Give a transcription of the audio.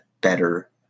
better